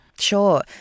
Sure